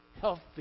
healthy